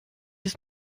ist